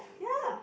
ya